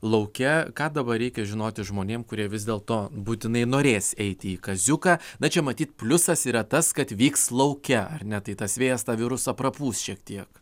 lauke ką dabar reikia žinoti žmonėm kurie vis dėlto būtinai norės eiti į kaziuką na čia matyt pliusas yra tas kad vyks lauke ar ne tai tas vėjas tą virusą prapūs šiek tiek